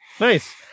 Nice